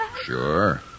Sure